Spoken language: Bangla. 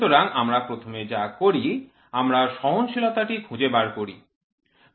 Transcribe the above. সুতরাং আমরা প্রথমে যা করি আমরা সহনশীলতাটি খুঁজে বার করি